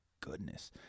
goodness